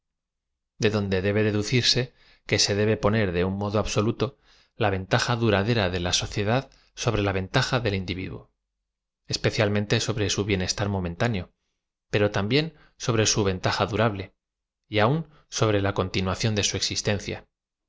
de donde debe deducirse que se debe poner de un modo absoluto la ventaja duradera de la sociedad sobre la ventaja del individuo especial mente sobre su bienestar momentáneo pero también sobre su ven taja durable y aun sobre la continuación de su existencia